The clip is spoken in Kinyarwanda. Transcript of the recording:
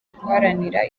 guharanira